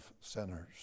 sinners